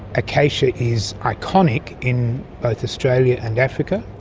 acacia is iconic in both australia and africa.